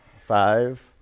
Five